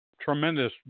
tremendous